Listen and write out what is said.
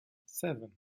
seven